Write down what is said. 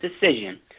decision